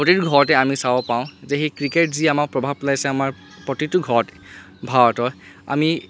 প্ৰতিটো ঘৰতে আমি চাব পাৰোঁ যে সি ক্ৰিকেট যি আমাক প্ৰভাৱ পেলাইছে আমাৰ প্ৰতিটো ঘৰত ভাৰতৰ আমি